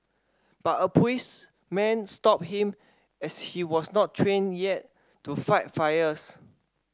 but a policeman stopped him as she was not trained yet to fight fires